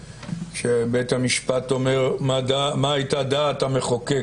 כשבית המשפט אומר: מה הייתה דעת המחוקק?